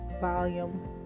Volume